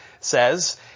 says